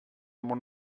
mon